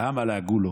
כמה לעגו לו.